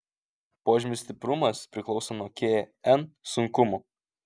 požymių stiprumas priklauso nuo kn sunkumo